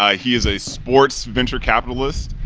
ah hey, is a sports venture capitalist.